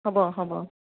হ'ব হ'ব